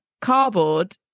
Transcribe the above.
cardboard